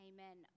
Amen